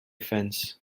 fence